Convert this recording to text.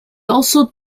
also